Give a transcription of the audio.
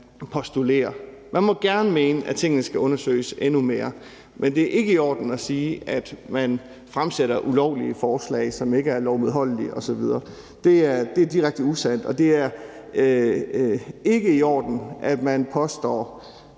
postulerer. Man må gerne mene, at tingene skal undersøges endnu mere, men det er ikke i orden at sige, at der fremsættes ulovlige forslag, altså forslag, som ikke er lovmedholdelige osv. Det er direkte usandt. Og det er ikke i orden, at man påstår,